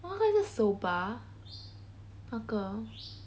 oh my god is that soba 那个